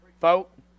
Folks